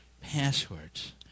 passwords